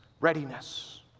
readiness